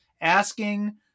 Asking